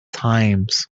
times